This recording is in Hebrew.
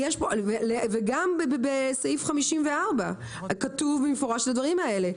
וגם בסעיף 54 כתוב במפורש את הדברים האלה: